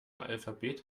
alphabet